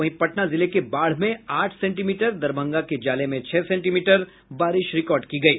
वहीं पटना जिले के बाढ़ में आठ सेंटीमीटर दरभंगा के जाले में छह सेंटीमीटर बारिश रिकॉर्ड की गयी